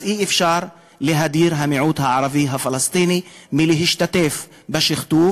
אז אי-אפשר להדיר את המיעוט הערבי הפלסטיני מלהשתתף בשכתוב,